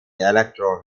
electro